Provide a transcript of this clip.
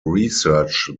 research